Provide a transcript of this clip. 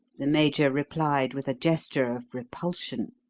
the major replied with a gesture of repulsion.